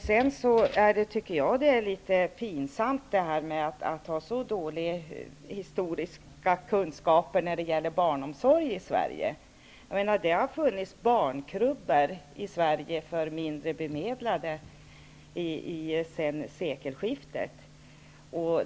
Jag tycker att det är litet pinsamt med så dåliga historiska kunskaper när det gäller barnomsorg i Sverige. Det har funnits barnkrubbor i Sverige för mindre bemedlade sedan sekelskiftet.